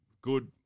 good